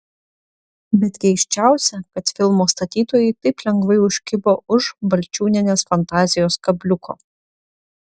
bet keisčiausia kad filmo statytojai taip lengvai užkibo už balčiūnienės fantazijos kabliuko